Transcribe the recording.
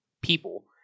people